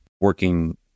working